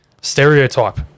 stereotype